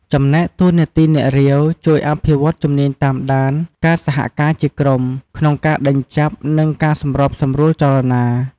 ចំណែកតួនាទីអ្នករាវ ជួយអភិវឌ្ឍជំនាញតាមដាន ការសហការជាក្រុម ក្នុងការដេញចាប់ និងការសម្របសម្រួលចលនា។